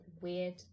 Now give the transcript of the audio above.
weird